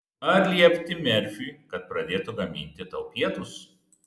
ar liepti merfiui kad pradėtų gaminti tau pietus